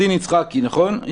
אני